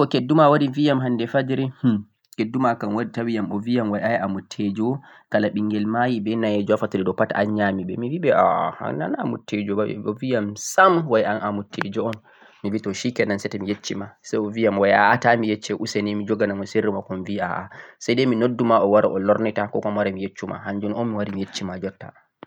hmm a anndi ko keddu maa wari bii yam hannde fajiri hmm, keddu maa kam wari tawiyam o bii way ay a mutte jo kala ɓinngel mayi be nayejo haa fattude ɗo fu an nyaam, mi bii ɓe aah an nanah a mutteejo ba, o bi yam sam way an a mutteejo un. Mi bi to 'shikenan' say to mi yecci maa, say o bii yam way aah tah miyecce useni mi joganamoh sirri maakoo, mi bi aah say ni mi noddu ma o wara o lornita 'ko kuma' mi wara mi yeccuma hannjum on mi wari mi yeccima jotta.